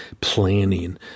planning